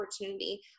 opportunity